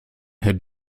had